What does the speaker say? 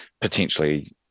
potentially –